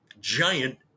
giant